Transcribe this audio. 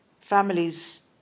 Families